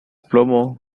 plomo